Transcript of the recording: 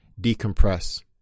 decompress